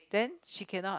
then she cannot